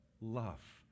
love